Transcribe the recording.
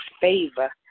favor